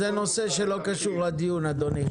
זה נושא שלא קשור לדיון, אדוני.